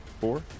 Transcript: four